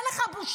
אין לך בושה?